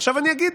עכשיו אני אגיד: